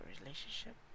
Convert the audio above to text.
relationship